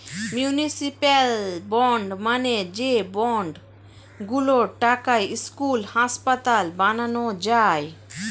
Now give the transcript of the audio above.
municipal bond মানে যে bond গুলোর টাকায় স্কুল, হাসপাতাল বানানো যায়